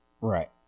Right